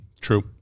true